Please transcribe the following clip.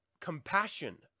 compassion